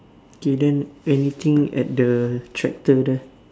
okay then anything at the tractor there